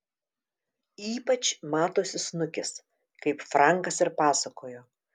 ypač matosi snukis kaip frankas ir pasakojo